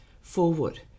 forward